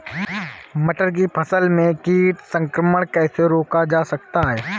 मटर की फसल में कीट संक्रमण कैसे रोका जा सकता है?